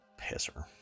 pisser